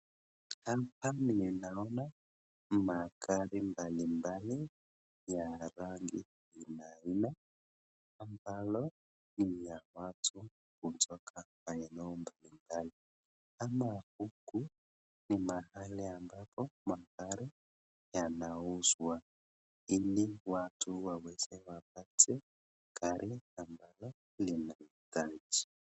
Hapa ninaona magari mbalimbali ya rangi aina aina ambazo ni ya watu kutoka maeneo mbalimbali . Hapa ni mahali ambako magari yanauzwa ili watu waweze wapate gari.